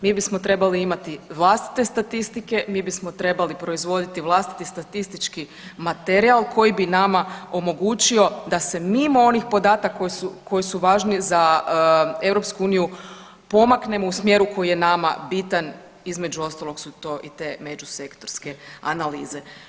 Mi bismo trebali imati vlastite statistike, mi bismo trebali proizvoditi vlastiti statistički materijal koji bi nama omogućio da se mimo onih podataka koji su, koji su važni za EU pomaknemo u smjeru koji je nama bitan, između ostalog su to i te međusektorske analize.